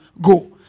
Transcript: go